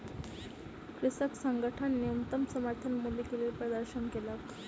कृषक संगठन न्यूनतम समर्थन मूल्य के लेल प्रदर्शन केलक